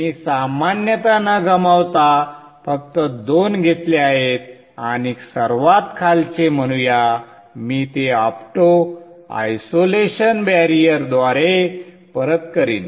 मी सामान्यता न गमावता फक्त दोन घेतले आहेत आणि सर्वात खालचे म्हणूया मी ते ऑप्टो आयसोलेशन बॅरियरद्वारे परत करीन